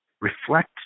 reflect